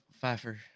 Pfeiffer